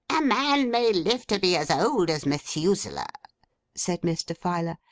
a man may live to be as old as methuselah said mr. filer,